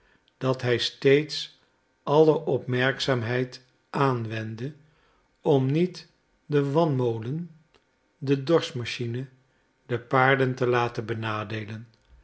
dat hij steeds alle opmerkzaamheid aanwendde om niet den wanmolen de dorschmachine de paarden te laten benadeelen